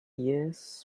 years